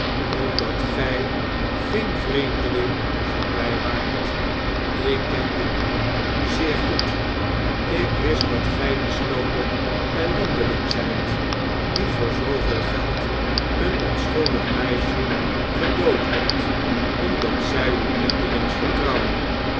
omdat gij geen vreemdeling voor mij waart ik kende u zeer goed ik wist dat gfl de snoode ellendeliog zgt die voor zooveel geld een onschuldig meisje gedood hebt omdat zij u blindelings vertrouwde